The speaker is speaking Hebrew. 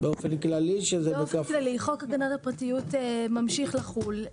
באופן כללי חוק הגנת הפרטיות ממשיך לחול.